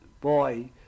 boy